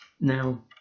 Now